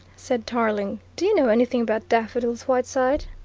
said tarling. do you know anything about daffodils, whiteside?